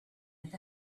with